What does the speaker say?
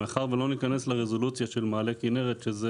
מאחר ולא נכנס לרזולוציה של מעלה כנרת שזה